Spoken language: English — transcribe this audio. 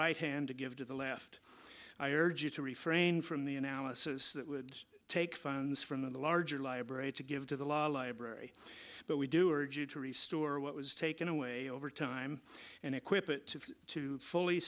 right hand to give to the left i urge you to refrain from the analysis that would take funds from the larger library to give to the library but we do or to restore what was taken away over time and equip it to fully